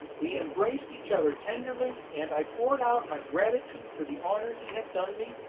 we embraced each other tenderly, and i poured out my gratitude for the honour he had done me,